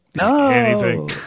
No